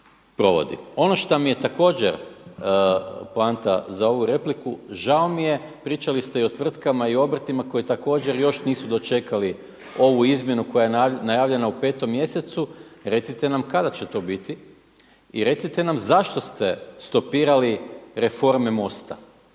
Ono šta mi je također poanta za ovu repliku, žao mi je, pričali ste i o tvrtkama i obrtima koji također još nisu dočekali ovu izmjenu koja je najavljena u petom mjesecu, recite nam kada će to biti i recite nam zašto ste stopirali reforme MOST-a